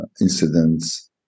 incidents